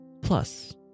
Plus